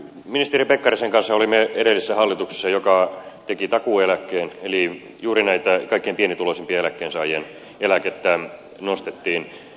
ministeri pekkarisen kanssa olimme edellisessä hallituksessa joka teki takuueläkkeen eli juuri näiden kaikkein pienituloisimpien eläkkeensaajien eläkettä nostettiin